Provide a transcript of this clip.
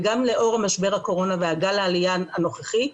וגם לאור משבר הקורונה וגל העלייה הנוכחי,